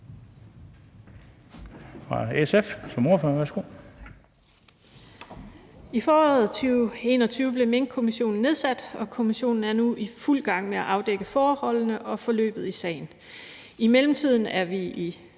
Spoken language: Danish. I foråret 2021 blev Minkkommissionen nedsat, og kommissionen er nu i fuld gang med at afdække forholdene og forløbet i sagen. I mellemtiden er vi i